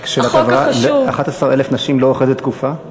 רק שאלת הבהרה, 11,000 נשים לאורך איזה תקופה?